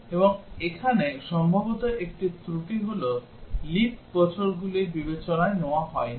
এবং এখানে সম্ভবত একটি ত্রুটি হল লিপ বছরগুলি বিবেচনায় নেওয়া হয়নি